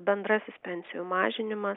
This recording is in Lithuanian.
bendrasis pensijų mažinima